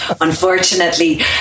unfortunately